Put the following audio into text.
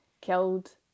killed